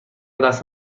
دست